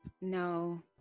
No